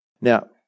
Now